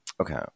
Okay